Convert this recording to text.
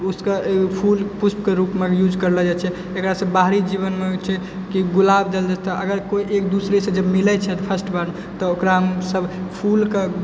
उसके फूल पुष्प के रूपमे यूज करले जायछे एकरा सऽ बाहरी जीवन मे होइ छै कि गुलाब देल जाइ छै अगर कोय एक दूसरे सऽ जब मिलै छथि फर्स्ट बार तऽ ओकरा सब फूल के